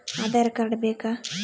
Aadhaar card ಬೇಕಾ?